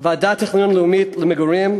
1. ועדת תכנון לאומית למגורים,